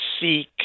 seek